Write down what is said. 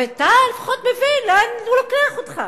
אבל אתה לפחות מבין לאן הוא לוקח אותך.